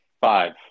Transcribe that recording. Five